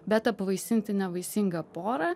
bet apvaisinti nevaisingą porą